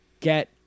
get